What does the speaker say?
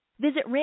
Visit